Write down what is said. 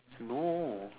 no